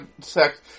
sex